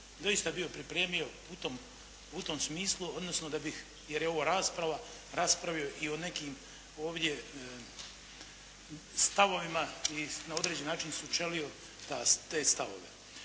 doista bio pripremio u tom smislu odnosno da bih jer je ova rasprava raspravio i o nekim ovdje stavovima i na određeni način sučelio te stavove.